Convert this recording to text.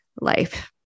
life